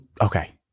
okay